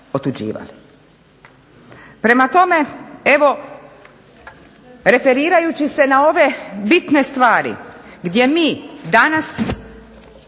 Prema tome, referirajući se na ove bitne stvari gdje mi danas